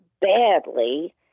badly